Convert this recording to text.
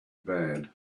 bad